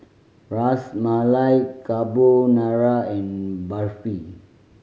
Ras Malai Carbonara and Barfi